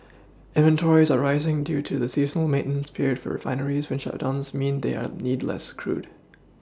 inventories are rising due to the seasonal maintenance period for refineries when shutdowns mean they are need less crude